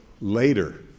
later